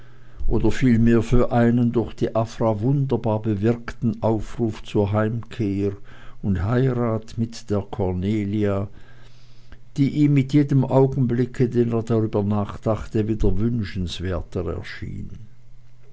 oder vielmehr für einen durch die afra wunderbar bewirkten aufruf zur heimkehr und heirat mit der cornelia die ihm mit jedem augenblicke den er darüber nachdachte wieder wünschenswerter erschien